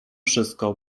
wszystko